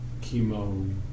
Chemo